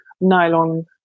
nylon